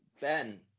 Ben